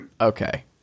Okay